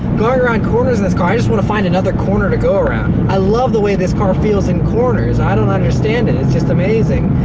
going around corners in this car, i just want to find another corner to go around. i love the way this car feels in corners. i don't understand it. it's just amazing,